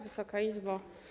Wysoka Izbo!